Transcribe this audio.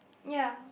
ya